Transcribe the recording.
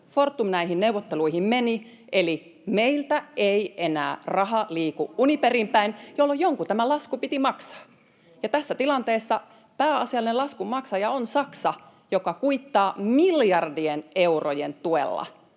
Fortum näihin neuvotteluihin meni: meiltä ei enää raha liiku Uniperiin päin, jolloin jonkun tämä lasku piti maksaa. Tässä tilanteessa pääasiallinen laskunmaksaja on Saksa, joka kuittaa miljardien eurojen tuella